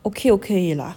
okay okay 而已 lah